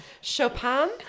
Chopin